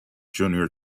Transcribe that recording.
junior